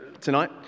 tonight